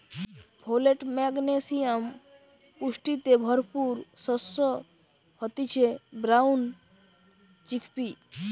folate, magnesium পুষ্টিতে ভরপুর শস্য হতিছে ব্রাউন চিকপি